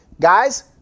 guys